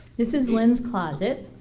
this is lynn's closet.